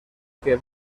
que